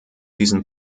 diesen